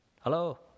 hello